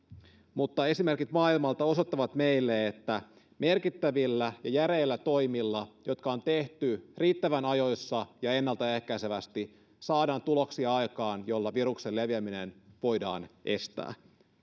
mutta esimerkit maailmalta osoittavat meille että merkittävillä ja järeillä toimilla jotka on tehty riittävän ajoissa ja ennaltaehkäisevästi saadaan aikaan tuloksia joilla viruksen leviäminen voidaan estää